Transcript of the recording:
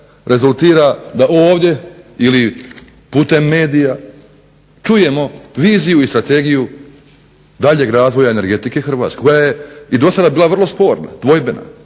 rezultira da ovdje ili putem medija čujemo viziju i strategiju daljeg razvoja energetike Hrvatske koja je i do sada bila vrlo sporna, dvojbena.